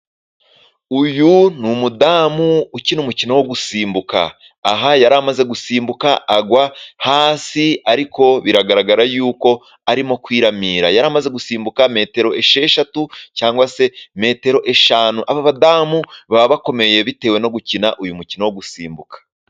Uyu ni umudamu ukina umukino wo gusimbuka, aha yari amaze gusimbuka, agwa hasi ariko biragaragara yuko arimo kwiramira, yari amaze gusimbuka metero esheshatu, cyangwa se metero eshanu; abadamu baba bakomeye bitewe no gukina uyu mukino wo gusimbuka.